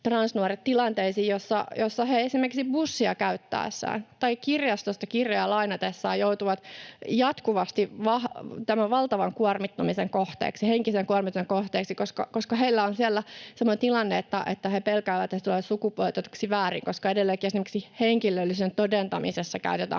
transnuoret — tilanteisiin, joissa he esimerkiksi bussia käyttäessään tai kirjastosta kirjoja lainatessaan joutuvat jatkuvasti tämän valtavan kuormittumisen kohteeksi, henkisen kuormittumisen kohteeksi, koska heillä on siellä semmoinen tilanne, että he pelkäävät, että tulevat sukupuolitetuksi väärin, koska edelleenkin esimerkiksi henkilöllisyyden todentamisessa käytetään